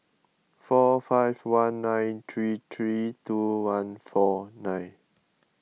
four five one nine three three two one four nine